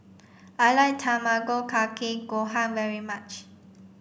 I like Tamago Kake Gohan very much